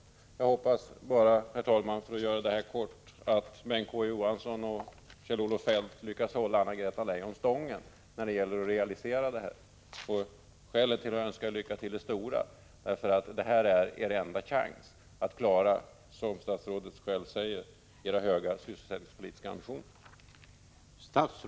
Jag hoppas bara, herr talman, för att fatta mig kort, att Bengt K. Å. Johansson och Kjell-Olof Feldt lyckas hålla Anna-Greta Leijon stången när det gäller att realisera detta. Skälen till att jag önskar er lycka till är goda, för detta är er enda chans att, som statsrådet själv säger, klara era höga sysselsättningspolitiska ambitioner.